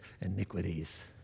iniquities